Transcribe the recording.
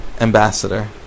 ambassador